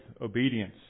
obedience